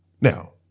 Now